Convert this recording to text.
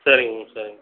சரிங்க மேம் சரிங்க மேம்